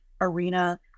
arena